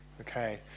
Okay